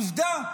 עובדה,